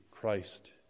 Christ